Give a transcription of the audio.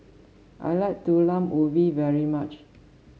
I like Talam Ubi very much